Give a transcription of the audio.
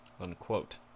Unquote